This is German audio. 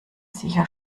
sicher